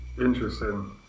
Interesting